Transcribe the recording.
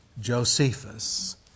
Josephus